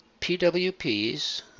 PWPs